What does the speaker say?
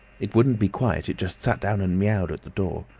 it wouldn't be quiet, it just sat down and miaowed at the door.